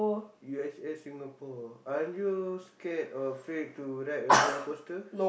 U_S_S Singapore aren't you scared or afraid to ride a roller-coaster